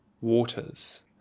Waters